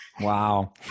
Wow